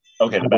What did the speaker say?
Okay